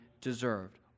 deserved